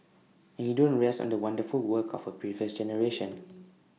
and you don't rest on the wonderful work of A previous generation